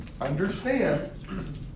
understand